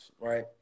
right